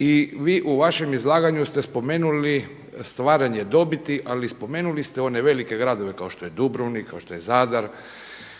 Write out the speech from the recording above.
I vi u vašem izlaganju ste spomenuli stvaranje dobiti ali spomenuli ste one velike gradove kao što je Dubrovnik, kao što je Zadar,